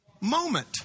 Moment